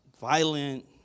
violent